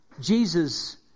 Jesus